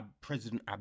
President